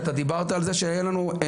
כולנו,